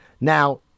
Now